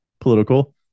political